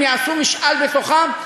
אם יעשו משאל בתוכם,